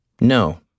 No